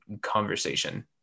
Conversation